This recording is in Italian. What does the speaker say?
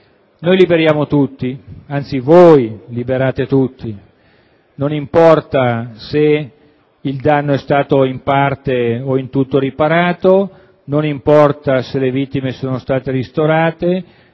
noi liberiamo tutti, anzi voi liberate tutti. Non importa se il danno è stato in parte o in tutto riparato, non importa se le vittime sono state ristorate,